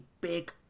big